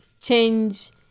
change